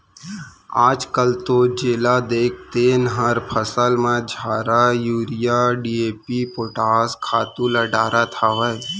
आजकाल तो जेला देख तेन हर फसल म झारा यूरिया, डी.ए.पी, पोटास खातू ल डारत हावय